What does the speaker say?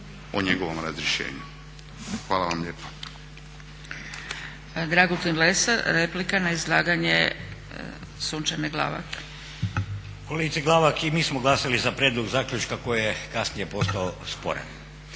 o njegovom razrješenju. Hvala vam lijepa.